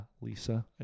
Lisa